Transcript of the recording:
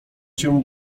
cię